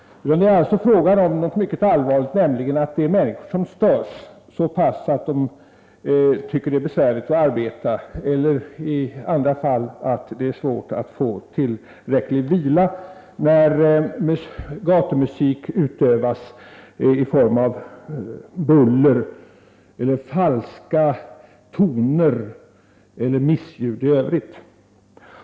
Det är här fråga om något mycket allvarligt, nämligen att människor störs så pass att de tycker att det är besvärligt att arbeta eller att det är svårt att få tillräcklig vila när gatumusik utövas som ger upphov till buller, falska toner eller missljud i övrigt.